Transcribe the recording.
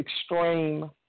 extreme